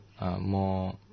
more